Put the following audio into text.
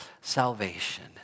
salvation